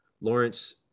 Lawrence